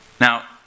Now